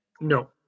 No